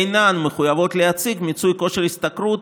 אינם מחויבים להציג מיצוי כושר השתכרות,